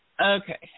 Okay